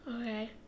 Okay